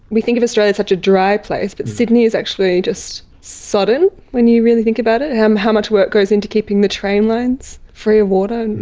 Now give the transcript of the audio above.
we think of australia as such a dry place, but sydney is actually just sodden when you really think about it, how um how much work goes into keeping the train lines free of water.